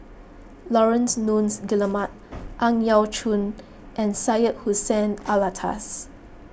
Laurence Nunns Guillemard Ang Yau Choon and Syed Hussein Alatas